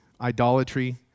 idolatry